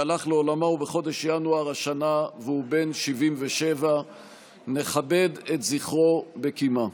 שהלך לעולמו בחודש ינואר השנה והוא בן 77. נכבד את זכרו בקימה.